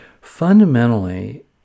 Fundamentally